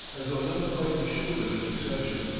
as though not quite assured of his reception.